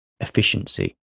efficiency